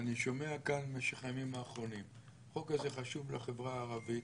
אני שומע כאן במשך הימים האחרונים שהחוק הזה חשוב לחברה הערבית,